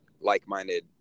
like-minded